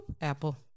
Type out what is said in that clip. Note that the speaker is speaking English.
apple